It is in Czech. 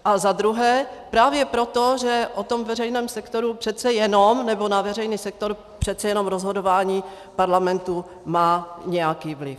A za druhé právě proto, že o tom veřejném sektoru přece jenom, nebo na veřejný sektor přece jenom rozhodování parlamentu má nějaký vliv.